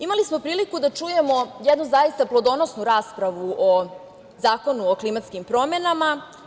Imali smo priliku da čujemo jednu zaista plodonosnu raspravu o Zakonu o klimatskim promenama.